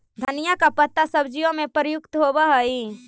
धनिया का पत्ता सब्जियों में प्रयुक्त होवअ हई